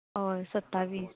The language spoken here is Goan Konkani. हय सत्तावीस